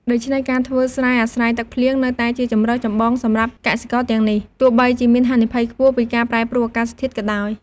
ដូច្នេះ ការធ្វើស្រែអាស្រ័យទឹកភ្លៀងនៅតែជាជម្រើសចម្បងសម្រាប់កសិករទាំងនេះ ទោះបីជាមានហានិភ័យខ្ពស់ពីការប្រែប្រួលអាកាសធាតុក៏ដោយ។